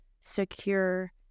secure